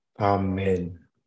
Amen